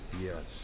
Yes